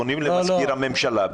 פונים למזכיר הממשלה,